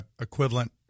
equivalent